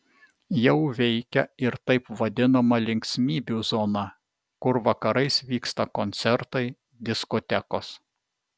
jau veikia ir taip vadinama linksmybių zona kur vakarais vyksta koncertai diskotekos